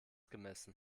gemessen